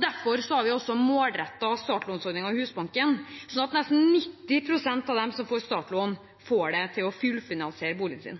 Derfor har vi også målrettet startlånsordningen i Husbanken, sånn at nesten 90 pst. av dem som får startlån, får det til å fullfinansiere boligen sin.